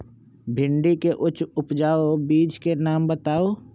भिंडी के उच्च उपजाऊ बीज के नाम बताऊ?